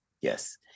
yes